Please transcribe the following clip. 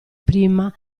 prima